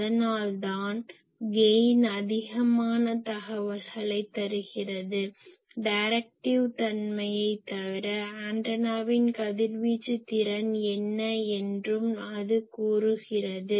அதனால்தான் கெயின் அதிகமான தகவல்களைத் தருகிறது டைரெக்டிவ் தன்மையைத் தவிர ஆண்டெனாவின் கதிர்வீச்சு திறன் என்ன என்றும் அது கூறுகிறது